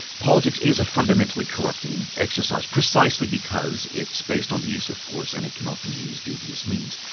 politics is a fundamentally corrupting exercise, precisely because it's based on the use of force and it can often use dubious means,